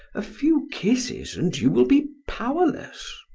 a few kisses and you will be powerless.